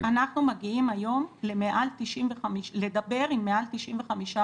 אנחנו מגיעים היום לדבר עם מעל 95%